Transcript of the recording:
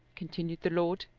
continued the lord,